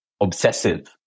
obsessive